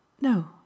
No